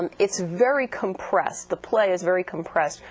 um it's very compressed the play is very compressed.